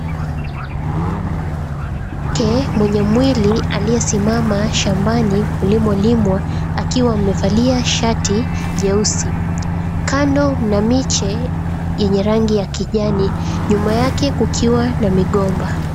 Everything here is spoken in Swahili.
Mwanamke mwenye mwili aliyesimama shambani mlimolimwa akiwa amevalia shati jeusi, kando na miche yenye rangi ya kijani, nyuma yake kukiwa na migomba.